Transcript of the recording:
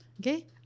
Okay